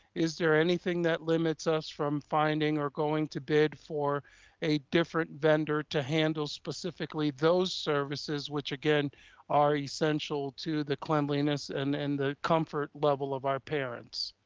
is there anything that limits us from finding or going to bid for a different vendor to handle specifically those services, which again are essential to the cleanliness and and the comfort level of our parents.